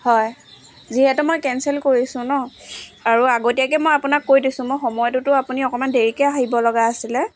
হয় যিহেতু মই কেঞ্চেল কৰিছোঁ ন আৰু আগতীয়াকৈ মই আপোনাক কৈ দিছোঁ মই সময়টোতো আপুনি অকণমান দেৰিকৈ আহিব লগা আছিলে